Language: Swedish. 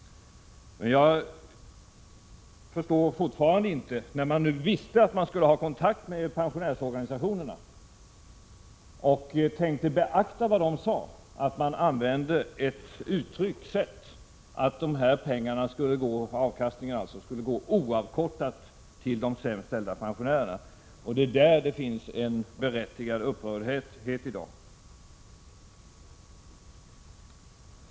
Jag förstår fortfarande inte att man, när man visste att man skulle ta kontakt med pensionärsorganisationerna och tänkte beakta vad dessa hade att säga, ändå använde ett uttryck som att avkastningen oavkortat skulle gå till de sämst ställda pensionärerna. Därför finns berättigad upprördhet i dag.